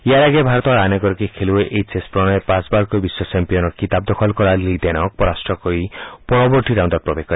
ইয়াৰ আগেয়ে ভাৰতৰ আন এগৰাকী খেলুবৈ এইছ এছ প্ৰণয়ে পাঁচবাৰকৈ বিশ্ব চেম্পিয়নৰ খিতাপ দখল কৰা লিন ডেনক পৰাস্ত কৰি পৰৱৰ্তী ৰাউণ্ডত প্ৰৱেশ কৰে